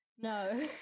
No